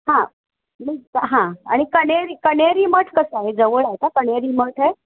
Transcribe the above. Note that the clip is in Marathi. हां हां आणि कन्हेरी कन्हेरी मठ कसं आहे जवळ आहे का कन्हेरी मठ आहे